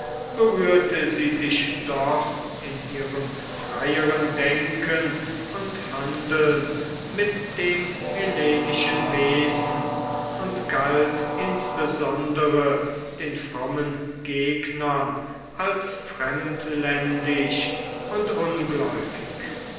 berührte sie sich doch in ihrem freieren denken und handeln mit dem hellenischen wesen und galt insbesondere den frommen gegnern als fremdländisch und ungläubig